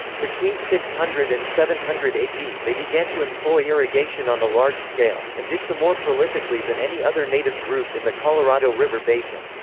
between six hundred and seven hundred a d. they began to employ irrigation on a large scale, and did so more prolifically than any other native group in the colorado river basin.